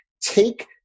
take